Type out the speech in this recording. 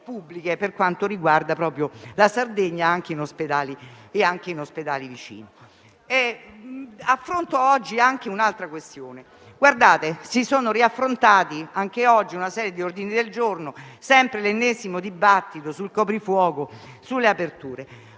per quanto riguarda la Sardegna e anche in ospedali vicini. Affronto ora un'altra questione: abbiamo esaminato anche oggi una serie di ordini del giorno e si è aperto l'ennesimo dibattito sul coprifuoco e sulle aperture.